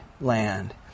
land